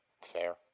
fair